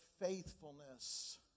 faithfulness